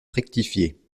rectifié